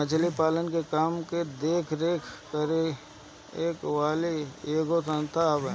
मछरी पालन के काम के देख रेख करे वाली इ एगो संस्था हवे